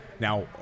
Now